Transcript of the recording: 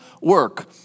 work